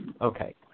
Okay